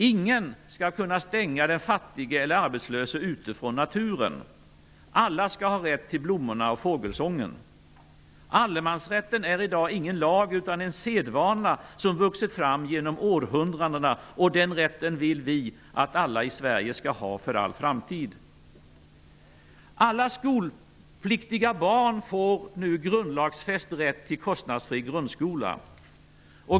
Ingen skall kunna stänga den fattige eller arbetslöse ute från naturen. Alla skall ha rätt till blommorna och fågelsången. Allemansrätten är i dag ingen lag utan en sedvana som vuxit fram genom århundradena. Den rätten vill vi att alla i Sverige skall ha för all framtid. Alla skolpliktiga barn får nu grundlagsfäst rätt till kostnadsfri grundskola.